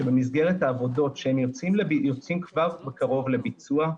שבמסגרת העבודות שהם יוצאים בקרוב לביצוע,